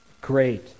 Great